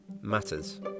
matters